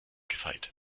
gefeit